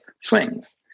swings